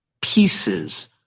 pieces